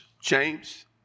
James